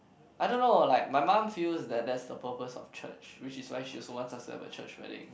I don't know like my mum feels that that's the purpose of church which is why she also wants us to have a church wedding